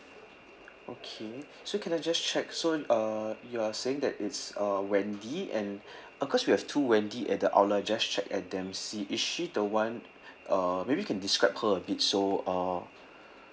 okay so can I just check so err you are saying that it's uh wendy and uh cause we have two wendy at the outlet just checked at dempsey is she the one uh maybe can describe her a bit so uh